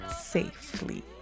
safely